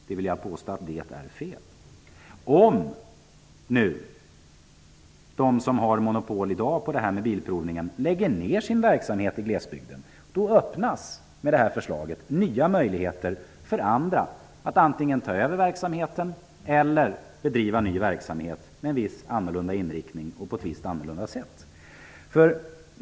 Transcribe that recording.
Jag vill påstå att det är felaktigt. Om de som i dag har monopol på bilprovningen lägger ner sin verksamhet i glesbygden, öppnas med detta förslag nya möjligheter för andra att antingen ta över verksamheten eller bedriva ny verksamhet med en viss annorlunda inriktning och på ett visst annorlunda sätt.